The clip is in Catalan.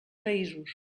països